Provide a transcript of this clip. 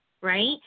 Right